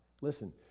listen